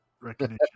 Recognition